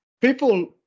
people